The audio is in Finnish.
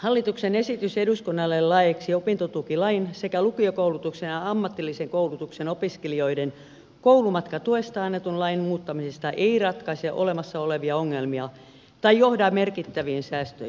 hallituksen esitys eduskunnalle laeiksi opintotukilain sekä lukiokoulutuksen ja ammatillisen koulutuksen opiskelijoiden koulumatkatuesta annetun lain muuttamisesta ei ratkaise olemassa olevia ongelmia tai johda merkittäviin säästöihin